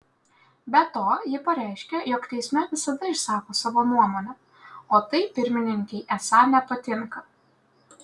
be to ji pareiškė jog teisme visada išsako savo nuomonę o tai pirmininkei esą nepatinka